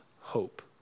hope